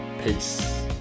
peace